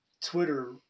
Twitter